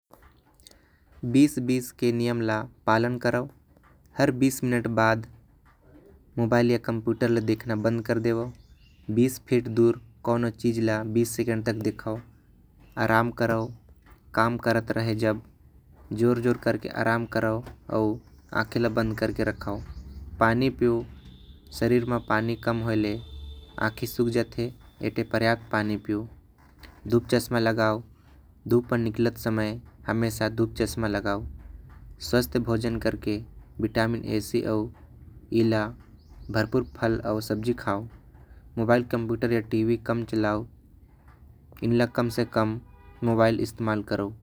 बीस बीस के नियम ल पालन करो हर बीस मिनट बाद मोबाइल आऊ। कंप्यूटर ल देखना बंद कर देव बीस फिट दूर आराम करो काम करत। रहे जब जोर जोर कर के आराम करो आंखें ल बंद कर के रखो। पानी पियो शरीर म पानी कम होए ले आंखे सुख जाते। पर्याप्त पानी पियो धूप चश्म लगाओ धूप पर निकलत। समय हमेशा धूप चश्म लगाओ स्वस्थ भोजन करके। विटाइम ए से और ई ल भरपूर फल सब्जी खाओ मोबाइल कंप्यूटर आऊ। टीवी कम चलाओ ई ल कम से कम मोबाईल इस्तेमाल करो।